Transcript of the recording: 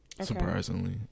surprisingly